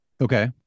Okay